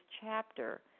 chapter